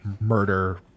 murder